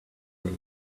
this